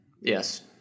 Yes